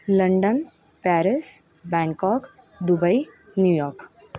London Paris Bangkok Dubai New York